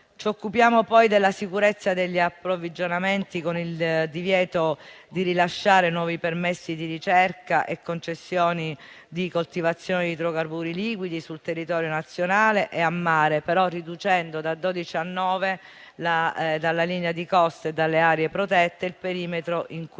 Ci occupiamo poi della sicurezza degli approvvigionamenti, con il divieto di rilasciare nuovi permessi di ricerca e concessioni di coltivazione di idrocarburi liquidi sul territorio nazionale e a mare, però riducendo da dodici a nove dalla linea di costa e dalle aree protette il perimetro entro cui